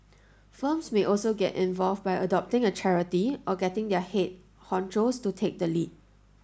firms may also get involved by adopting a charity or getting their head honchos to take the lead